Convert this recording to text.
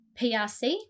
PRC